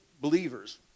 believers